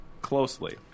closely